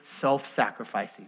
self-sacrificing